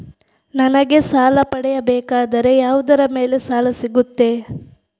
ನನಗೆ ಸಾಲ ಪಡೆಯಬೇಕಾದರೆ ಯಾವುದರ ಮೇಲೆ ಸಾಲ ಸಿಗುತ್ತೆ?